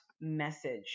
message